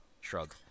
Shrug